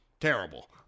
terrible